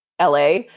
LA